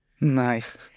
Nice